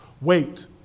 wait